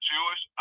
Jewish